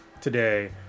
today